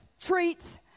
treats